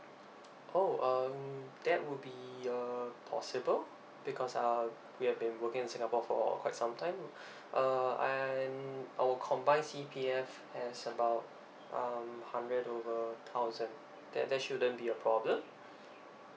oh um that would be uh possible because uh we've been working in singapore for quite some time uh and our combine C_P_F has about um hundred over thousand that that shouldn't be a problem